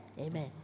Amen